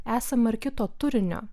esama ir kito turinio